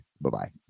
Bye-bye